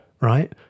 right